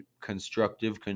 constructive